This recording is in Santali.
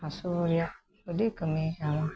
ᱦᱟᱹᱥᱩ ᱨᱮᱭᱟᱜ ᱟᱹᱰᱤ ᱠᱟᱹᱢᱤᱭ ᱠᱟᱫᱟ